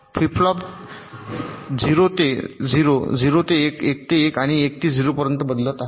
flip flop पहा 0 ते 0 0 ते 1 1 ते 1 आणि 1 ते 0 पर्यंत बदलत आहेत